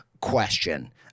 question